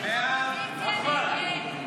כהצעת הוועדה, נתקבל.